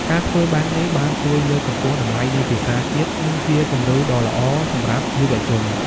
ការធ្វើបែបនេះបានជួយលើកកម្ពស់តម្លៃនៃភាសាជាតិ និងជាគំរូដ៏ល្អសម្រាប់យុវជន។